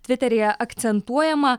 tviteryje akcentuojama